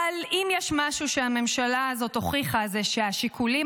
אבל אם יש משהו שהממשלה הזאת הוכיחה זה שהשיקולים